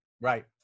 right